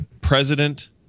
President